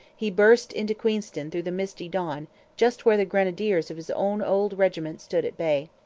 he burst into queenston through the misty dawn just where the grenadiers of his own old regiment stood at bay.